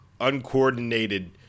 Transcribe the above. uncoordinated